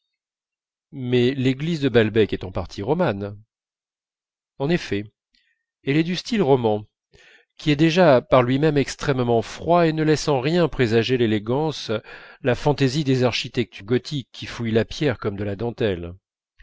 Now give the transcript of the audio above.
mais l'église de balbec est en partie romane en effet elle est du style roman qui est déjà par lui-même extrêmement froid et ne laisse en rien présager l'élégance la fantaisie des architectes gothiques qui fouillent la pierre comme de la dentelle